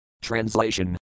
Translation